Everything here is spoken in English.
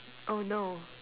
oh no